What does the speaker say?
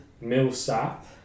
Millsap